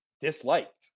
disliked